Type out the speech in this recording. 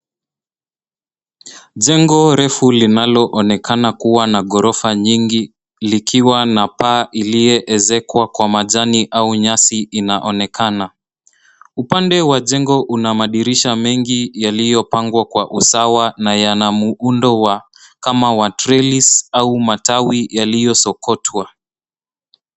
Jengo refu linaloonekana kuwa na ghorofa nyingi likiwa na paa iliyo ezekwa kwa majani au nyasi inaonekana. Upande wa jengo una madirisha mengi yaliopangwa kwa usawa na yana muundo kama wa trellis au matawi yaliyosokotwa.